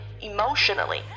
emotionally